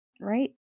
right